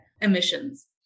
emissions